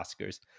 Oscars